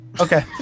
Okay